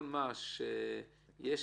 שיש